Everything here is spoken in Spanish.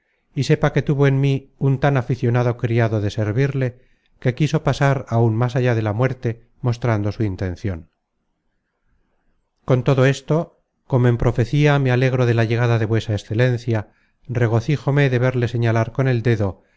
y sepa que tuvo en mí un tan aficionado criado de servirle que quiso pasar áun más allá de la muerte mostrando su intencion con todo esto como en profecía me alegro de la llegada de vuesa excelencia regocijome de verle señalar con el dedo y